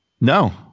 No